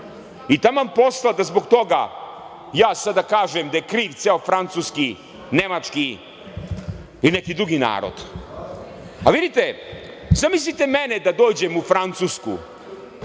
i taman posla da zbog toga ja sada kažem da je kriv ceo francuski, nemački ili neki drugi narod.A vidite, zamislite mene da dođem u Francusku,